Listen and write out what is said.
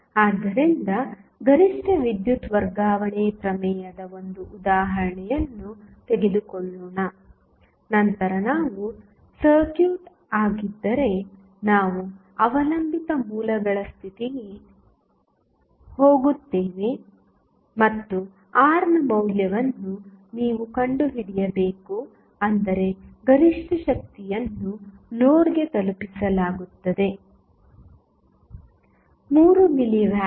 ಆದ್ದರಿಂದ ಗರಿಷ್ಠ ವಿದ್ಯುತ್ ವರ್ಗಾವಣೆ ಪ್ರಮೇಯದ ಒಂದು ಉದಾಹರಣೆಯನ್ನು ತೆಗೆದುಕೊಳ್ಳೋಣ ನಂತರ ನಾವು ಸರ್ಕ್ಯೂಟ್ ಆಗಿದ್ದರೆ ನಾವು ಅವಲಂಬಿತ ಮೂಲಗಳ ಸ್ಥಿತಿಗೆ ಹೋಗುತ್ತೇವೆ ಮತ್ತು R ನ ಮೌಲ್ಯವನ್ನು ನೀವು ಕಂಡುಹಿಡಿಯಬೇಕು ಅಂದರೆ ಗರಿಷ್ಠ ಶಕ್ತಿಯನ್ನು ಲೋಡ್ಗೆ ತಲುಪಿಸಲಾಗುತ್ತಿದೆ 3 ಮಿಲಿ ವ್ಯಾಟ್